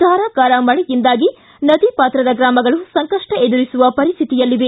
ಧಾರಾಕಾರ ಮಳೆಯಿಂದಾಗಿ ನದಿ ಪಾತ್ರದ ಗ್ರಾಮಗಳು ಸಂಕಷ್ಟ ಎದುರಿಸುವ ಪರಿಸ್ವಿತಿಯಲ್ಲಿವೆ